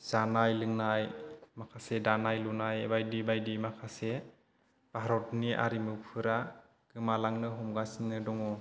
जानाय लोंनाय माखासे दानाय लुनाय बायदि बायदि माखासे भारतनि आरिमुफोरा गोमालांनो हमगासिनो दङ